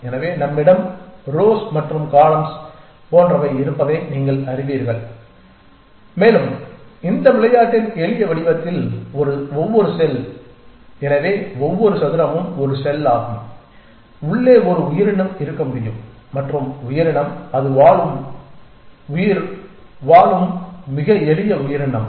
எனவே நம்மிடம் ரோஸ் மற்றும் காலம்ஸ் போன்றவை இருப்பதை நீங்கள் அறிவீர்கள் மேலும் இந்த விளையாட்டின் எளிய வடிவத்தில் ஒவ்வொரு செல் எனவே ஒவ்வொரு சதுரமும் ஒரு செல் ஆகும் உள்ளே ஒரு உயிரினம் இருக்க முடியும் மற்றும் உயிரினம் அது உயிர்வாழும் மிக எளிய உயிரினம்